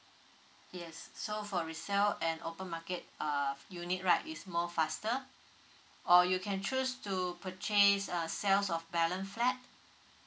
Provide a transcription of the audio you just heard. yes so for resale and open market uh unit right is more faster or you can choose to purchase uh sales of balance flat